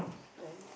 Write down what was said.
then